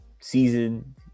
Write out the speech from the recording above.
Season